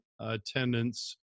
attendance